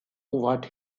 what